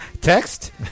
text